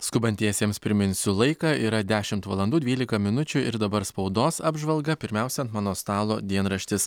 skubantiesiems priminsiu laiką yra dešimt valandų dvylika minučių ir dabar spaudos apžvalga pirmiausia ant mano stalo dienraštis